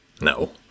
no